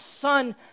Son